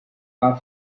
are